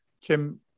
Kim